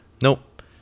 Nope